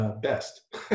best